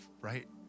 right